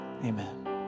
Amen